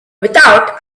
without